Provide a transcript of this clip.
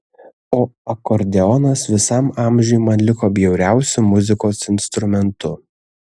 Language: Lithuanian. o akordeonas visam amžiui man liko bjauriausiu muzikos instrumentu